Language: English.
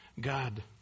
God